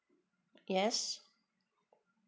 yes